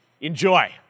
Enjoy